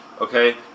Okay